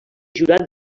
jurat